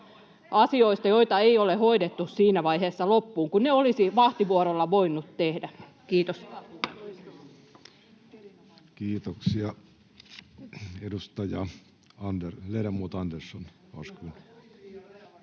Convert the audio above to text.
on!] joita ei ole hoidettu loppuun siinä vaiheessa, kun ne olisi vahtivuorolla voinut tehdä. — Kiitos. Kiitoksia. — Ledamot Andersson,